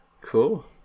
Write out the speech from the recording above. Cool